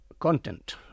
content